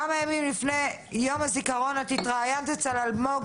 כמה ימים לפני יום הזיכרון את התראיינת אצל אלמוג